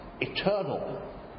eternal